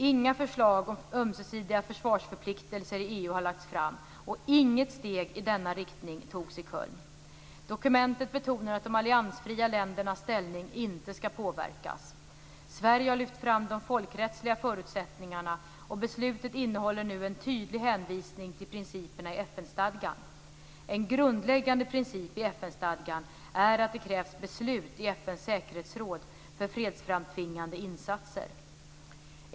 Inga förslag om ömsesidiga försvarsförpliktelser i EU har lagts fram, och inget steg i denna riktning togs i Köln. Dokumentet betonar att de alliansfria ländernas ställning inte skall påverkas. Sverige har lyft fram de folkrättsliga förutsättningarna, och beslutet innehåller nu en tydlig hänvisning till principerna i FN-stadgan. En grundläggande princip i FN-stadgan är att det krävs beslut i FN:s säkerhetsråd för fredsframtvingande insatser.